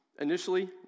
Initially